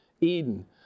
Eden